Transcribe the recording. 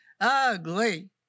ugly